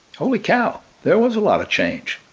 holy cow, there was a lot of change,